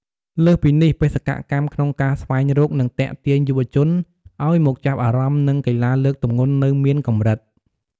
លើសពីនេះបេសកកម្មក្នុងការស្វែងរក និងទាក់ទាញយុវជនឱ្យមកចាប់អារម្មណ៍នឹងកីឡាលើកទម្ងន់នៅមានកម្រិត។